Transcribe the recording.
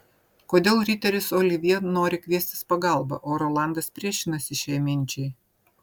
kodėl riteris olivjė nori kviestis pagalbą o rolandas priešinasi šiai minčiai